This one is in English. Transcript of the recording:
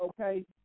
okay